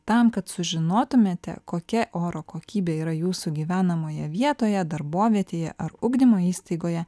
tam kad sužinotumėte kokia oro kokybė yra jūsų gyvenamoje vietoje darbovietėje ar ugdymo įstaigoje